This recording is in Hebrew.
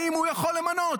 האם הוא יכול למנות?